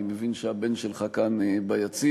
אני מבין שהבן שלך כאן ביציע.